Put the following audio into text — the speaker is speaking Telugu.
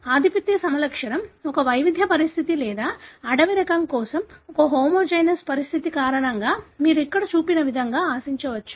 ఆధిపత్య ఫెనోటైప్ ఒక వైవిధ్య పరిస్థితి లేదా అడవి రకం కోసం ఒక హోమోజైగస్ పరిస్థితి కారణంగా మీరు ఇక్కడ చూపిన విధంగా ఆశించవచ్చు